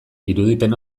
irudipen